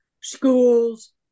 schools